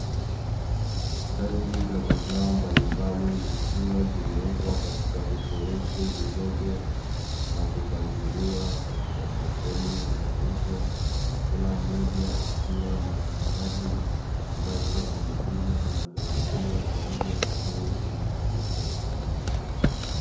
Mbegu za mazao mbalimbali zikiwa zimewekwa katika vifurushi vidogo, na kupangiliwa katika sehemu ya mauzo, kila moja ikiwa na kikadi ambacho kina jina la mbegu hiyo, pamoja na bei inayouzwa.